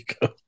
go